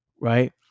right